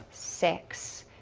six.